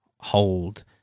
hold